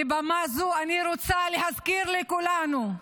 מבמה זו אני רוצה להזכיר לכולנו: